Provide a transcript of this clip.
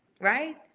right